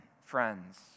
friends